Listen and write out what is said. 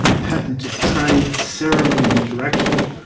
patterns of trade, ceremony and interaction,